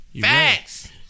Facts